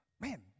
man